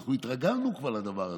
אנחנו כבר התרגלנו לדבר הזה.